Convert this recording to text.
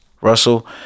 Russell